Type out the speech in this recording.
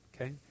Okay